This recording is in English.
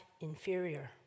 inferior